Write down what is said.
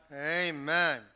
Amen